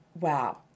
wow